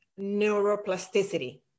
neuroplasticity